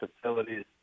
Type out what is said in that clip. facilities